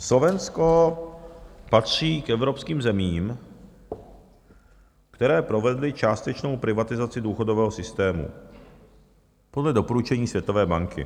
Slovensko patří k evropským zemím, které provedly částečnou privatizaci důchodového systému podle doporučení Světové banky.